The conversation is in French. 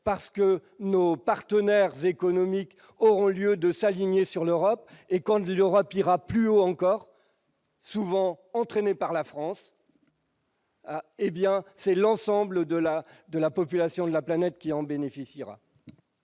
parce que nos partenaires économiques auront lieu de s'aligner sur l'Europe et Kandziora Pierre plus ou encore souvent entraînés par la France. Eh bien, c'est l'ensemble de la de la population de la planète qui en bénéficiera.